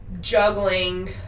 juggling